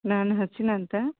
ನಾನು ಹಸಿನ ಅಂತ